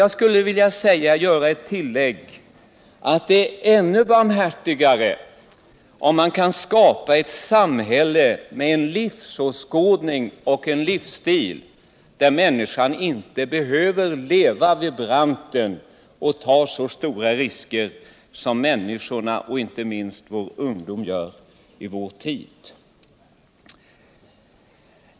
Jag skulle vilja göra ett tillägg och säga att det är ännu barmhärtigare, om man kan skapa ett samhälle med en livsåskådning och en livsstil där människan inte behöver leva vid branten och ta så stora risker som många människor, inte minst ungdomar, gör i vår tid.